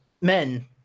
men